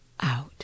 out